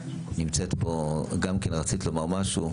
נמצאת פה, גם כן רצית לומר משהו.